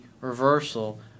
reversal